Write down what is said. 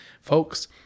folks